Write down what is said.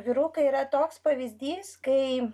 vyrukai yra toks pavyzdys kai